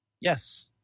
yes